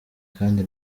kandi